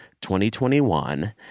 2021